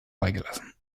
freigelassen